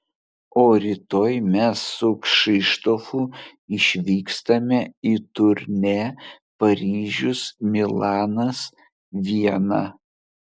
o rytoj mes su kšištofu išvykstame į turnė paryžius milanas viena